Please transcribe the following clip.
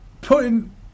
putting